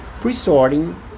pre-sorting